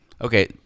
Okay